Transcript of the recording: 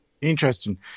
Interesting